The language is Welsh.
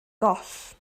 goll